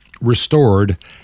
restored